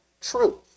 truth